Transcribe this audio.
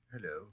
Hello